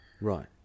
right